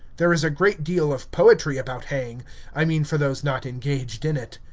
there is a great deal of poetry about haying i mean for those not engaged in it.